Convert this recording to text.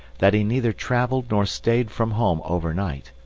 that he neither travelled nor stayed from home overnight,